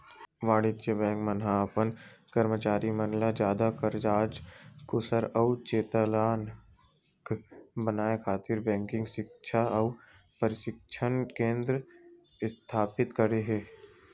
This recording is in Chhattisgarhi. वाणिज्य बेंक मन ह अपन करमचारी मन ल जादा कारज कुसल अउ चेतलग बनाए खातिर बेंकिग सिक्छा अउ परसिक्छन केंद्र इस्थापित करे हे